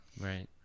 Right